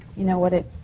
you know, what it.